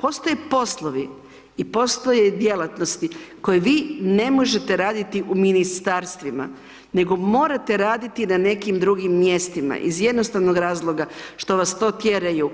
Postoje poslovi i postoje djelatnosti koje vi ne možete raditi u ministarstvima nego morate raditi na nekim drugim mjestima iz jednostavnog razloga što vas to tjeraju